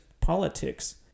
politics